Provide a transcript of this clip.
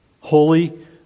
holy